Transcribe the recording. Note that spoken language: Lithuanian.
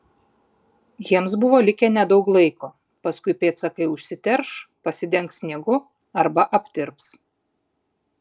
jiems buvo likę nedaug laiko paskui pėdsakai užsiterš pasidengs sniegu arba aptirps